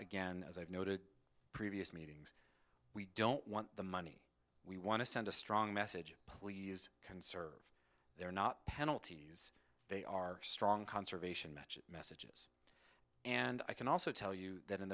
again as i've noted previous meetings we don't want the money we want to send a strong message please conserve there are not penalties they are strong conservation measures and i can also tell you that in